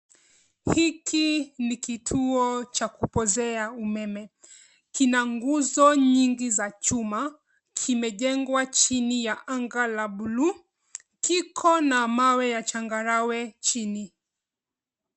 Hiki ni kituo cha kupozea umeme. Kina nguzo nyingi za chuma. Kimejengwa chini ya anga la buluu. Kiko na mawe ya changarawe chini.